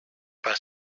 pas